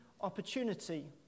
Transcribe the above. opportunity